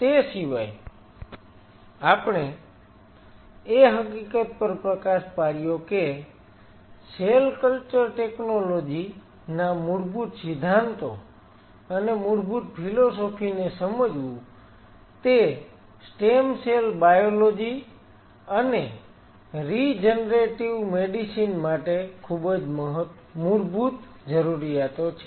તે સિવાય આપણે એ હકીકત પર પ્રકાશ પાડ્યો કે સેલ કલ્ચર ટેકનોલોજી ના મૂળભૂત સિદ્ધાંતો અને મૂળ ફિલોસોફી ને સમજવું તે સ્ટેમ સેલ બાયોલોજી અને રિજનરેટિવ મેડિસિન માટે ખૂબ જ મૂળભૂત પૂર્વજરૂરીયાતો છે